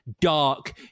dark